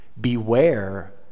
beware